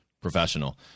professional